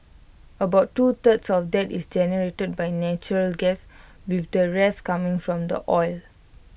about two thirds of that is generated by natural gas with the rest coming from the oil